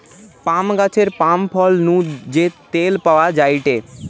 পাম গাছের পাম ফল নু যে তেল পাওয়া যায়টে